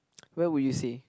where would you say